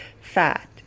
fat